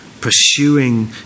pursuing